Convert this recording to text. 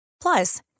Plus